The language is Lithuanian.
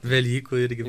velykų irgi